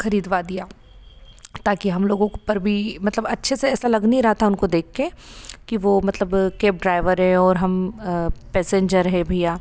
खरिदवा दिया ताकि हम लोगों पर भी मतलब अच्छे से ऐसा लग नहीं रहा था उनको देख के कि वो मतलब केब ड्राइवर है और हम पैसेन्जर है भइया